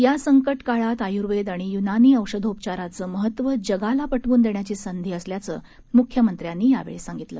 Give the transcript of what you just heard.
या संकट काळात आर्यवेद आणि यूनानी औषधोपचाराचं महत्व जगाला पटवून देण्याची संधी असल्याचं म्ख्यमत्र्यांनी यावेळी सांगितलं